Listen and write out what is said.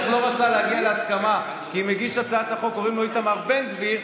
לא רצה להגיע להסכמה כי למגיש הצעת החוק קוראים איתמר בן גביר,